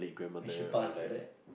actually pass like that